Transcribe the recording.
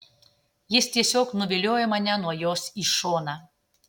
jis tiesiog nuviliojo mane nuo jos į šoną